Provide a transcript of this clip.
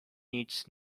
needs